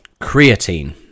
creatine